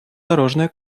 дорожная